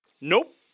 Nope